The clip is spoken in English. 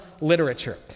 literature